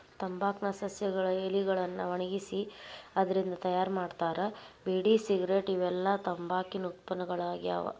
ತಂಬಾಕ್ ನ ಸಸ್ಯಗಳ ಎಲಿಗಳನ್ನ ಒಣಗಿಸಿ ಅದ್ರಿಂದ ತಯಾರ್ ಮಾಡ್ತಾರ ಬೇಡಿ ಸಿಗರೇಟ್ ಇವೆಲ್ಲ ತಂಬಾಕಿನ ಉತ್ಪನ್ನಗಳಾಗ್ಯಾವ